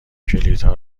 کلیدها